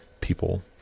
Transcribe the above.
people